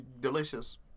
delicious